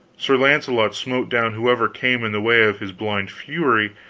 sir launcelot smote down whoever came in the way of his blind fury,